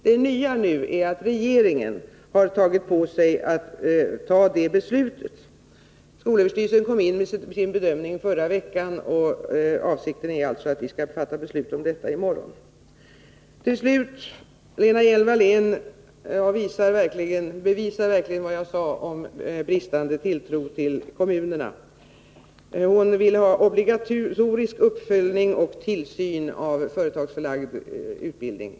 Det nya nu är att regeringen tagit på sig att fatta det beslutet. Skolöverstyrelsen inkom med sin bedömning förra veckan, och avsikten är alltså att vi skall fatta beslut om detta i morgon. Lena Hjelm-Wallén bevisar verkligen vad jag sade om socialdemokraternas bristande tilltro till kommunerna. Hon vill ha en obligatorisk uppföljning och tillsyn av företagsförlagd utbildning.